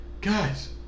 Guys